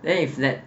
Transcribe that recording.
then if let